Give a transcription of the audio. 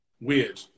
Weird